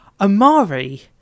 Amari